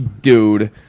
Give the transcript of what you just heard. dude